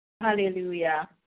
Hallelujah